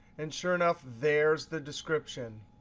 and sure enough, there's the description.